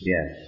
Yes